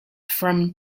from